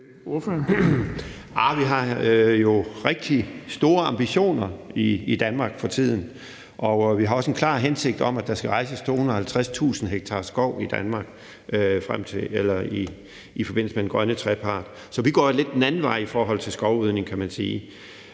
vi har jo rigtig store ambitioner i Danmark for tiden, og vi har også en klar hensigt om, at der skal rejses 250.000 ha skov i Danmark i forbindelse med den grønne trepart. Så vi går jo lidt den anden vej i forhold til skovrydning, kan man sige.